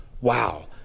wow